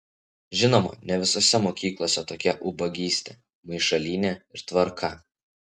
žinoma ne visose mokyklose tokia ubagystė maišalynė ir tvarka